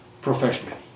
professionally